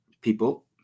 people